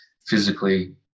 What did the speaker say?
physically